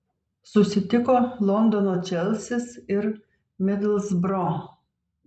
susitiko londono čelsis ir midlsbro